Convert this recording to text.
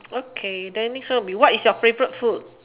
okay then next one will be what is your favourite food